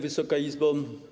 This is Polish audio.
Wysoka Izbo!